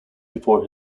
before